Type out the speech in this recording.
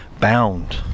bound